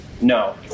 no